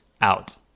out